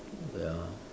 well